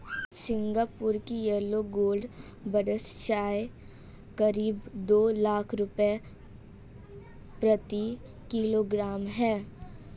Singapore की yellow gold buds चाय करीब दो लाख रुपए प्रति किलोग्राम है